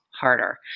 harder